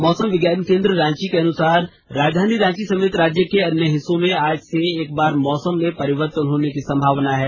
मौसम विज्ञान केंद्र रांची के अनुसार राजधानी रांची समेत राज्य के अन्य हिस्सों में आज से एक बार मौसम में परिवर्तन होने की संभावना है